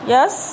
Yes